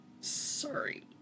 Sorry